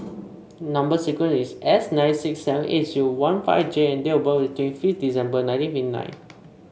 number sequence is S nine six seven eight zero one five J and date of birth is twenty fifth December nineteen fifty nine